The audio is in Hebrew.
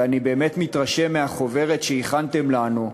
ואני באמת מתרשם מהחוברת שהכנתם לנו,